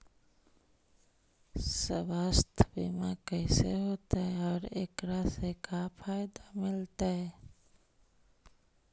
सवासथ बिमा कैसे होतै, और एकरा से का फायदा मिलतै?